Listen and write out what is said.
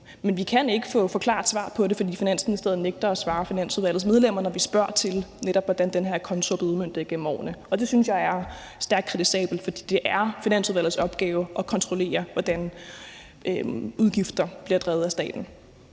Men vi kan ikke få klart svar på det, fordi Finansministeriet nægter at svare Finansudvalgets medlemmer, når vi netop spørger til, hvordan den her konto er blevet udmøntet igennem årene. Og det synes jeg er stærkt kritisabelt, for det er Finansudvalgets opgave at kontrollere, hvordan udgifter bliver drevet af staten.